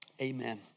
Amen